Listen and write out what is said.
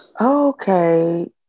Okay